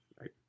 right